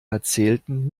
erzählten